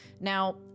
Now